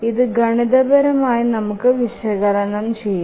ഇതു ഗണിതപരമായി നമുക്ക് വിശകലനം ചെയാം